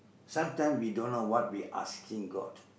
sometimes we don't know what we asking god